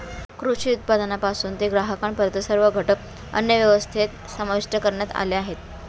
कृषी उत्पादनापासून ते ग्राहकांपर्यंत सर्व घटक अन्नव्यवस्थेत समाविष्ट करण्यात आले आहेत